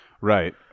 Right